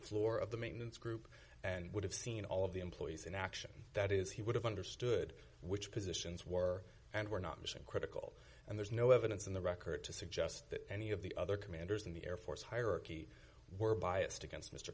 floor of the maintenance group and would have seen all of the employees in action that is he would have understood which positions were and were not mission critical and there's no evidence in the record to suggest that any of the other commanders in the air force hierarchy were biased against m